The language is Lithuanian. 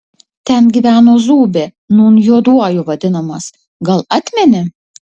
ten gyveno zūbė nūn juoduoju vadinamas gal atmeni